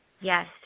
Yes